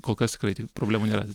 kol kas tikrai ti problemų nėra